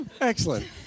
Excellent